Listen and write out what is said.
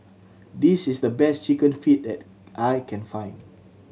this is the best Chicken Feet that I can find